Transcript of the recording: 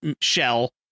shell